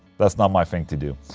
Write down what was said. that's not my thing to do.